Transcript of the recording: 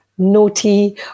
naughty